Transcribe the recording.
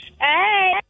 Hey